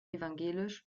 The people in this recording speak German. evangelisch